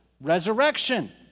resurrection